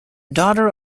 daughter